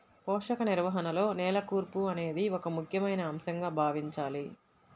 పోషక నిర్వహణలో నేల కూర్పు అనేది ఒక ముఖ్యమైన అంశంగా భావించాలి